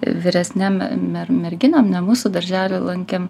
vyresniom mer merginom ne mūsų darželį lankėm